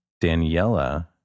Daniela